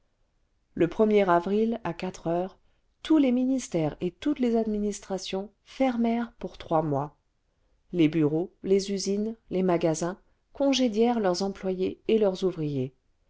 le er avril à quatre heures tous les ministères et toutes les administrations fermèrent pour trois mois les bureaux les usines les magasins congédièrent leurs employés et leurs ouvriers